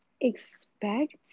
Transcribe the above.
expect